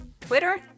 Twitter